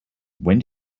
when